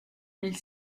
mille